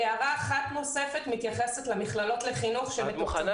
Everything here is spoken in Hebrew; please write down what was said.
הערה אחת נוספת מתייחסת למכללות לחינוך --- אני מבין